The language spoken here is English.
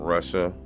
Russia